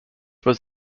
was